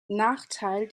nachteil